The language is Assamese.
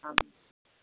অঁ